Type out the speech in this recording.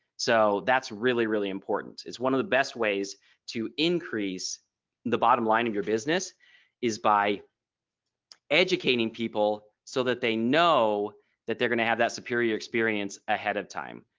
so that's really, really important. it's one of the best ways to increase the bottom line of your business is by educating people so that they know that they're going to have that superior experience ahead of time.